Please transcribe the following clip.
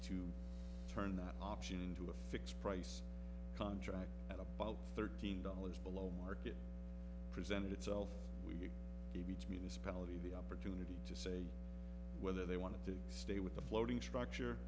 to turn that option into a fixed price contract at about thirteen dollars below market presented itself we each municipality the opportunity to say whether they wanted to stay with the floating structure